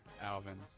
Alvin